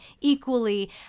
Equally